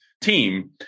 team